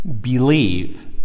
believe